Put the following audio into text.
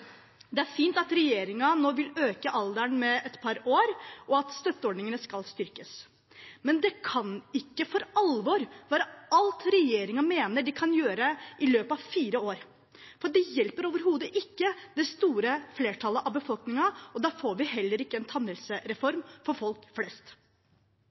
Det er fint at regjeringen nå vil øke alderen med et par år, og at støtteordningene skal styrkes. Men det kan ikke for alvor være alt regjeringen mener den kan gjøre i løpet av fire år, for det hjelper overhodet ikke det store flertallet av befolkningen, og da får vi heller ikke en